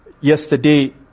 yesterday